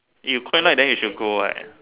you quite like then you should go what